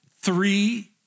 three